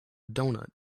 doughnut